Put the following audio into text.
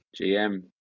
GM